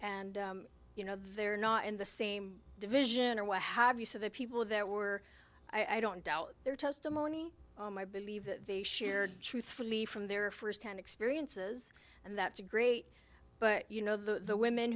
and you know they're not in the same division or what have you so the people that were i don't doubt their testimony my believe that they shared truthfully from their firsthand experiences and that's great but you know the women